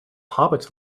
hobbits